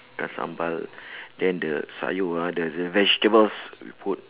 ikan sambal then the sayur ah the the vegetables we put